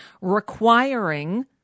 requiring